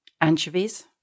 Anchovies